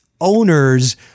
owners